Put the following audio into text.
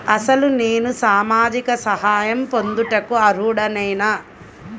అసలు నేను సామాజిక సహాయం పొందుటకు అర్హుడనేన?